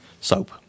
Soap